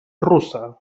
russa